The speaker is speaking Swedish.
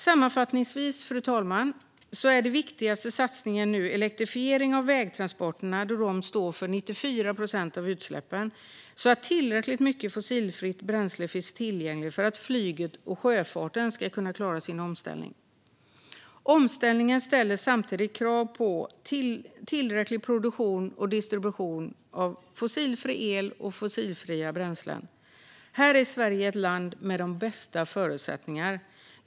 Sammanfattningsvis, fru talman, är den viktigaste satsningen just nu elektrifiering av vägtransporterna, som står för 94 procent av utsläppen, så att tillräckligt mycket fossilfritt bränsle finns tillgängligt för att flyget och sjöfarten ska kunna klara sin omställning. Omställningen ställer samtidigt krav på tillräcklig produktion och distribution av fossilfri el och fossilfria bränslen. Här är Sverige ett land med de bästa förutsättningar.